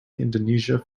indonesia